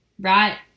right